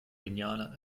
genialer